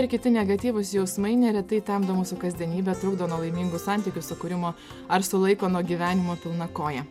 ir kiti negatyvūs jausmai neretai temdo mūsų kasdienybę trukdo nuo laimingų santykių sukūrimo ar sulaiko nuo gyvenimo pilna koja